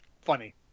funny